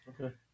Okay